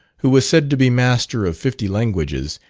who was said to be master of fifty languages,